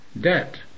debt